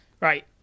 Right